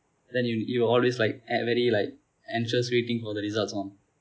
then you you will always like e~ very like a~ anxious waiting for the results one